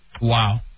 Wow